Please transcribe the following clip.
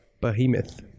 Behemoth